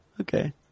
okay